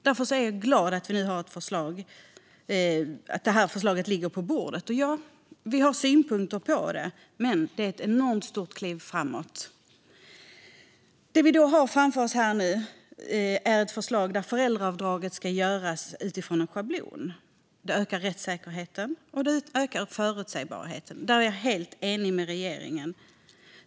Därför är jag glad över att det nu finns ett förslag som ligger på bordet. Ja, vi har synpunkter på det, men det är ett enormt stort kliv framåt. Det vi har framför oss nu är ett förslag där föräldraavdrag ska göras utifrån en schablon. Det ökar rättssäkerheten och förutsägbarheten. Där är jag helt enig med regeringen.